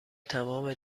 تمام